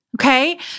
Okay